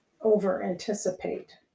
over-anticipate